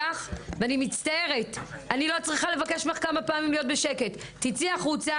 אני לא עשיתי כלום.